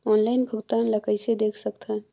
Online भुगतान ल कइसे देख सकथन?